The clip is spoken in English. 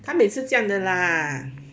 他每次这样的啦